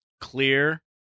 clear